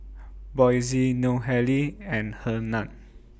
Boysie Nohely and Hernan